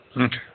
Okay